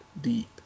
deep